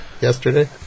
yesterday